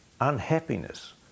unhappiness